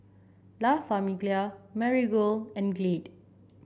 La Famiglia Marigold and Glade